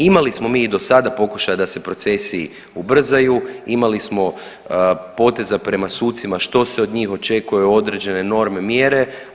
Imali smo mi i do sada pokušaja da se procesi ubrzaju, imali smo poteza prema sucima što se od njih očekuje određene norme, mjere.